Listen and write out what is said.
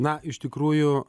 na iš tikrųjų